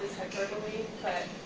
hyperbole?